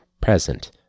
present